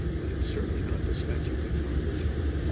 but it's certainly not the statute that congress wrote.